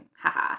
haha